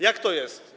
Jak to jest?